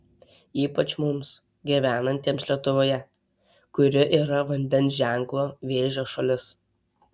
ypač mums gyvenantiems lietuvoje kuri yra vandens ženklo vėžio šalis